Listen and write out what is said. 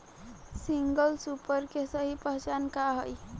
Single super के सही पहचान का हई?